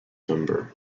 number